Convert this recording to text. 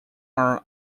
are